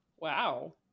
wow